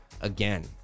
again